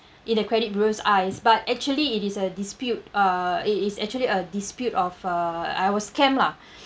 in the credit bureaus eyes but actually it is a dispute uh it is actually a dispute of uh I was scammed lah